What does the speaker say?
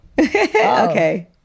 okay